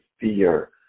fear